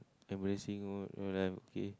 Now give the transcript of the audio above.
embarrassing moment don't have okay